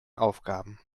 aufgaben